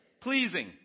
pleasing